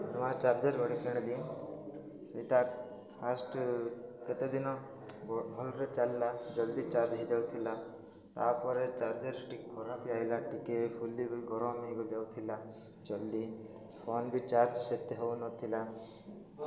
ନୂଆ ଚାର୍ଜର ଗୋଟେ କିଣିଲି ସେଇଟା ଫାଷ୍ଟ କେତେ ଦିନ ଭଲରେ ଚାଲିଲା ଜଲ୍ଦି ଚାର୍ଜ ହେଇଯାଉଥିଲା ତାପରେ ଚାର୍ଜର ଟିକେ ଖରାପ ହେଇ ଆଇଲା ଟିକେ ଫୁଲି ଗରମ ହେଇ ଯାଉଥିଲା ଜଲ୍ଦି ଫୋନ ବି ଚାର୍ଜ ସେତେ ହଉନଥିଲା